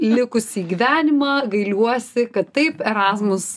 likusį gyvenimą gailiuosi kad taip erasmus